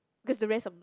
cause the rest of